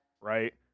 right